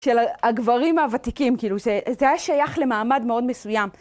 של ה-הגברים הותיקים, כאילו, זה-זה היה שייך למעמד מאוד מסוים.